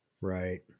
Right